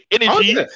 energy